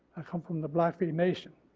i come from the blackfeet nation.